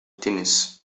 تنس